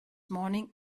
morning